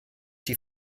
die